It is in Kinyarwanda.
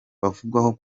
bavugwaho